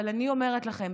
אבל אני אומרת לכם,